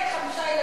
חמישה ילדים,